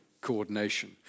coordination